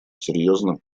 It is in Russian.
серьезным